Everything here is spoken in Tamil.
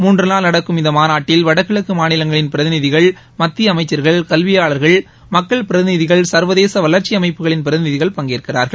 மூன்று நாள் நடக்கும் இந்த மாநாட்டில் வடகிழக்கு மாநிலங்களின் பிரதிநிதிகள் மத்திய அமைச்ச்கள் கல்வியாளர்கள் மக்கள் பிரதிநிதிகள் சா்வதே வளர்ச்சி அமைப்புகளின் பிரதிநிதிகள் பங்கேற்கிறார்கள்